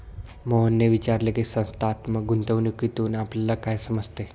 मोहनने विचारले की, संस्थात्मक गुंतवणूकीतून आपल्याला काय समजते?